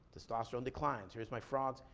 testosterone declines. here's my frogs,